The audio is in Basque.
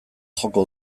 joko